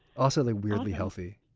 also, like weirdly healthy.